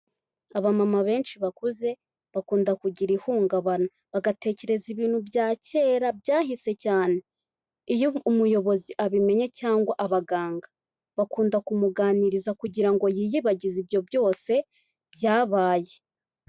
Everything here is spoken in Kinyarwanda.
Abamama benshi bakuze, bakunda kugira ihungabana. Bagatekereza ibintu bya kera byahise cyane. Iyo umuyobozi abimenye cyangwa abaganga, bakunda kumuganiriza kugira ngo yiyibagize ibyo byose byabaye.